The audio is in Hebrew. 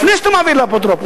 לפני שאתה מעביר לאפוטרופוס.